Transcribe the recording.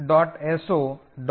डीस libmylib pic